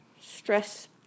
stress